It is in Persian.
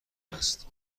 است